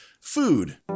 food